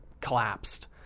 collapsed